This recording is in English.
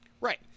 Right